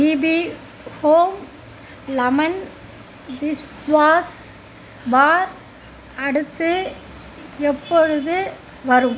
BP home lemon dish wash bar அடுத்து எப்பொழுது வரும்